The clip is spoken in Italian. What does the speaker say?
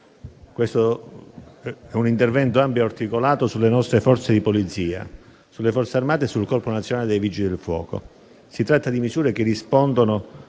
contiene un intervento ampio e articolato sulle nostre Forze di polizia, sulle Forze armate e sul Corpo nazionale dei vigili del fuoco. Si tratta di misure che rispondono